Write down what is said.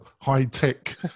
high-tech